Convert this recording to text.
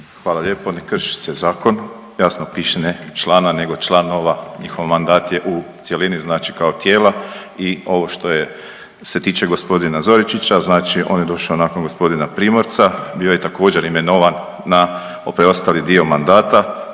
Hvala lijepo, ne krši se zakon. Jasno piše ne člana nego članova. Njihov mandat je u cjelini znači kao tijela i ovo što je se tiče gospodina Zoričića znači on je došao nakon gospodina Primorca, bio je također imenovan na preostali dio mandata.